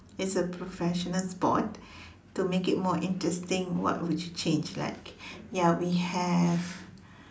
it's a professional sport to make it more interesting what would you change like ya we have